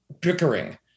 bickering